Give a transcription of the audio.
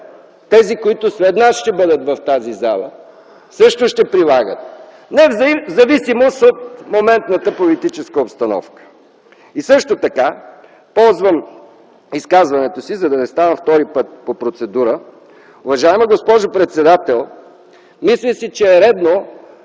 тези, които след нас ще бъдат в тази зала, също ще прилагат, не в зависимост от моментната политическа обстановка. И също така ползвам изказването си, за да не ставам втори път по процедурата, уважаема госпожо председател, мисля си, че е редно